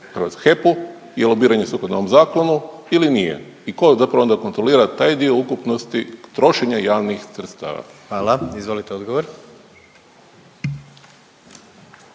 HEP-u je lobiranje sukladno ovom zakonu ili nije i ko zapravo onda kontrolira taj dio ukupnosti trošenja javnih sredstava? **Jandroković,